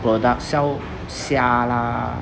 product sell 虾 lah